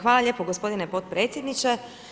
Hvala lijepa, gospodine potpredsjedniče.